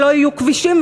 ולא יהיו כבישים,